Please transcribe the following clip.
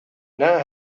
know